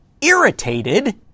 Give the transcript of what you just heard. irritated